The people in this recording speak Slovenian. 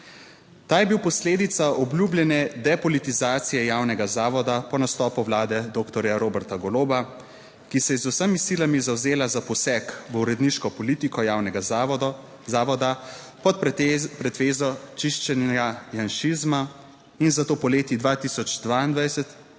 Ta je bil posledica obljubljene depolitizacije javnega zavoda po nastopu Vlade doktorja Roberta Goloba, ki se je z vsemi silami zavzela za poseg v uredniško politiko javnega zavoda pod pretvezo čiščenja janšizma in zato poleti 2022